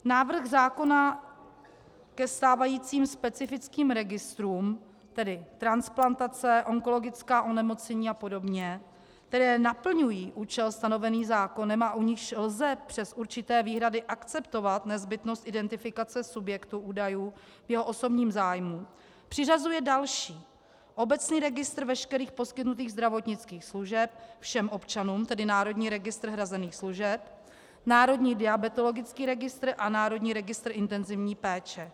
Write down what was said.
Návrh zákona ke stávajícím specifickým registrům, tedy transplantace, onkologická onemocnění apod., které naplňují účel stanovený zákonem a u nichž lze přes určité výhrady akceptovat nezbytnost identifikace subjektu, údajů, v jeho osobním zájmu, přiřazuje další obecný registr veškerých poskytnutých zdravotnických služeb všem občanům, tedy Národní registr hrazených služeb, Národní diabetologický registr a Národní registr intenzivní péče.